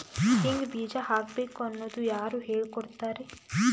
ಹಿಂಗ್ ಬೀಜ ಹಾಕ್ಬೇಕು ಅನ್ನೋದು ಯಾರ್ ಹೇಳ್ಕೊಡ್ತಾರಿ?